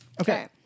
Okay